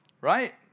right